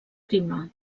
prima